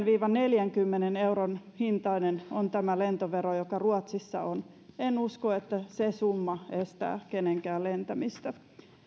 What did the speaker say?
viiva kuudenkymmenen euron hintainen on lentovero joka ruotsissa on en usko että se summa estää kenenkään lentämistä